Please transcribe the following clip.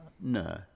No